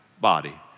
body